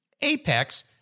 Apex